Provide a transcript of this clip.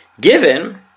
given